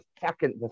second